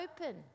open